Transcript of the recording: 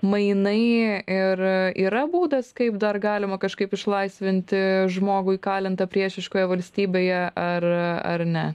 mainai ir yra būdas kaip dar galima kažkaip išlaisvinti žmogų įkalintą priešiškoje valstybėje ar ar ne